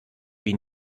wie